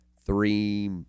three